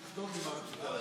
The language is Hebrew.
תכתוב לי מה רצית להגיד.